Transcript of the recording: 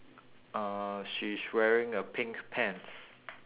uh she's wearing a pink pants